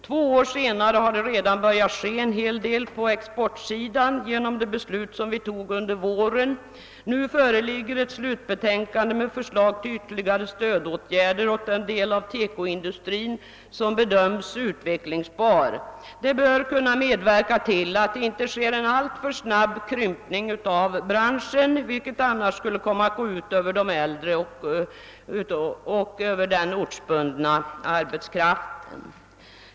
Två år senare har redan en hel del börjat inträffa på exportområdet genom det beslut vi fattade under våren, och nu föreligger ett slutbetänkande med förslag till ytterligare stödåtgärder åt den del av TEKO-industrin som bedöms vara utvecklingsbar. Detta bör kunna medverka till att branschen inte krymper alltför snabbt, vilket annars skulle komma att gå ut över äldre och ortsbunden arbetskraft.